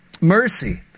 Mercy